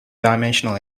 dimensional